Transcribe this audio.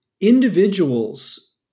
individuals